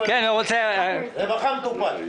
רווחה מטופל.